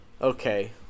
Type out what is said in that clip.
okay